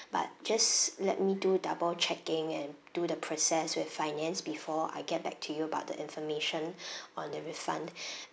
but just let me do double checking and do the process with finance before I get back to you about the information on the refund